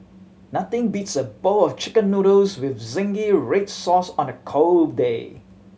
nothing beats a bowl of Chicken Noodles with zingy red sauce on a cold day